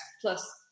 plus